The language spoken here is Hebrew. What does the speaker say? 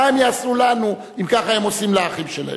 מה הם יעשו לנו אם ככה הם עושים לאחים שלהם?